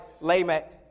Lamech